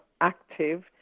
active